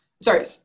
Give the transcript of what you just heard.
Sorry